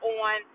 on